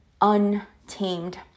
untamed